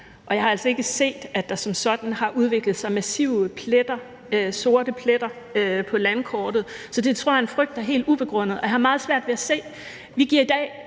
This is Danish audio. jeg har altså ikke set, at der som sådan har udviklet sig massive sorte pletter på landkortet. Så det tror jeg er en frygt, der er helt ubegrundet. Vi giver i dag garantier